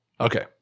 Okay